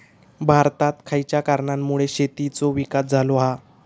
भारतात खयच्या कारणांमुळे शेतीचो विकास झालो हा?